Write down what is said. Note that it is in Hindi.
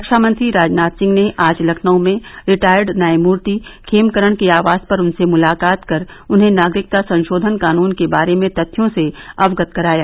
रक्षा मंत्री राजनाथ सिंह ने आज लखनऊ में रिटायर्ड न्यायमूर्ति खेमकरण के आवास पर उनसे मुलाकात कर उन्हें नागरिकता संशोधन कानून के बारे में तथ्यों से अवगत कराया